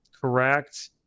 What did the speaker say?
correct